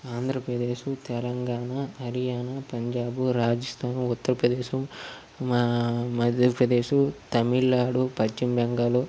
ఆంధ్రప్రదేశు తెలంగాణ హర్యానా పంజాబు రాజస్థాన్ ఉత్తరప్రదేశు మా మధ్యప్రదేశు తమిళనాడు పశ్చిమ బెంగాలు